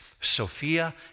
Sophia